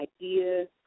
ideas